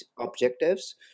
objectives